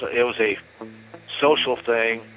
ah it was a social thing.